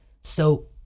So-